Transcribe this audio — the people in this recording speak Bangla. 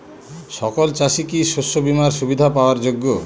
সকল চাষি কি শস্য বিমার সুবিধা পাওয়ার যোগ্য?